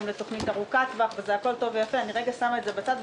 לתוכנית ארוכת טווח אני שמה את זה רגע בצד,